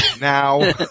now